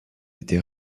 été